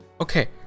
Okay